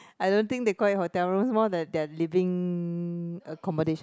I don't think they call it hotel rooms more that they're living accommodation